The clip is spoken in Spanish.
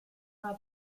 una